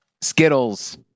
Skittles